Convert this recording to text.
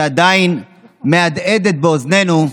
שעדיין מהדהדת באוזנינו,